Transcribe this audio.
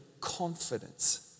confidence